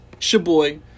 shaboy